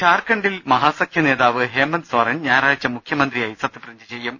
ഝാർഖണ്ഡിൽ മഹാസഖ്യ നേതാവ് ഹേമന്ദ് സോറൻ ഞായറാഴ്ച മുഖ്യമന്ത്രിയായ സത്യപ്രതിജ്ഞ ചെയ്യും